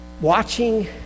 watching